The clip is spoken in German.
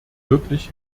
wirklich